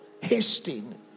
hasting